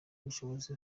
ubushobozi